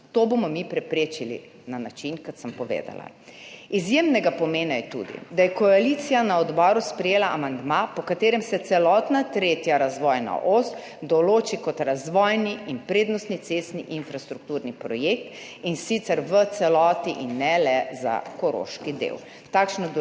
To bomo mi preprečili na način, kot sem povedala. Izjemnega pomena je tudi, da je koalicija na odboru sprejela amandma, po katerem se celotna tretja razvojna os določi kot razvojni in prednostni cestni infrastrukturni projekt, in sicer v celoti in ne le za koroški del. Takšno določilo